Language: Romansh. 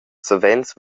savens